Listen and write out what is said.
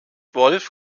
wolf